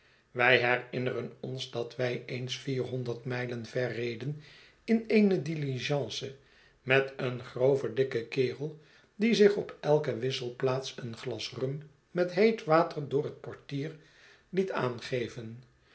wij herinneren ons dat wij eens vierhonderd mijlen ver reden in eene diligence met een groven dikken kerel die zich op elke wisselplaats een glas rum met heet water door het portier liet aangeven